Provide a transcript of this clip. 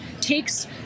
takes